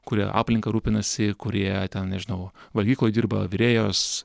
kurie aplinka rūpinasi kurie ten nežinau valgykloj dirba virėjos